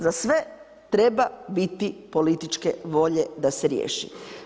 Za sve treba biti političke volje da se riješi.